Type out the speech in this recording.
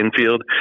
infield